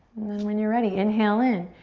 and then when you're ready, inhale in.